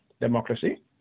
democracy